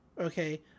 Okay